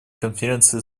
конференции